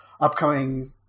upcoming